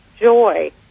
joy